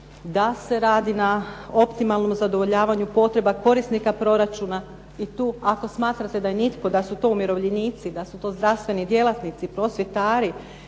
da se radi na optimalnom zadovoljavanju potreba korisnika proračuna i tu ako smatrate da su to umirovljenici, da su to zdravstveni djelatnici, prosvjetari,